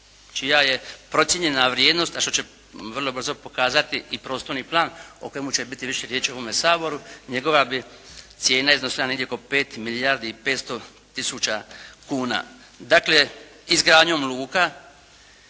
čija je procijenjena vrijednost a što će vrlo brzo pokazati i prostorni plan o kojemu će biti više riječi u ovome Saboru, njegova bi cijena iznosila negdje oko 5 milijardi i 500 tisuća kuna. Dakle izgradnjom luka,